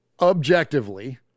objectively